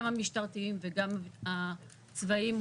גם המשטרתיים וגם הצבאיים,